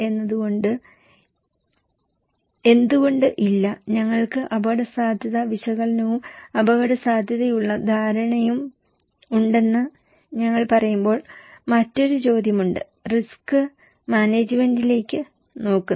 എന്തുകൊണ്ട് ഇല്ല ഞങ്ങൾക്ക് അപകടസാധ്യത വിശകലനവും അപകടസാധ്യതയുള്ള ധാരണകളും ഉണ്ടെന്ന് ഞങ്ങൾ പറയുമ്പോൾ മറ്റൊരു ചോദ്യമുണ്ട് റിസ്ക് മാനേജ്മെന്റിലേക്ക് നോക്കുന്നത്